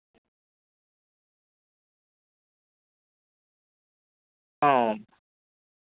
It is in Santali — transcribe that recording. ᱚ